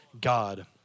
God